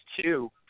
two